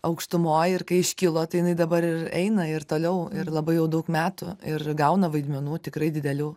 aukštumoj ir kai iškilo tai jinai dabar eina ir toliau ir labai jau daug metų ir gauna vaidmenų tikrai didelių